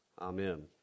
Amen